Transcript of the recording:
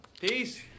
Peace